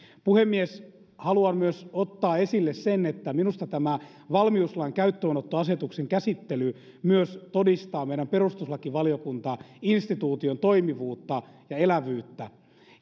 puhemies haluan myös ottaa esille sen että minusta tämä valmiuslain käyttöönottoasetuksen käsittely myös todistaa meidän perustuslakivaliokuntainstituution toimivuutta ja elävyyttä